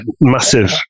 massive